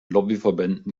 lobbyverbänden